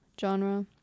genre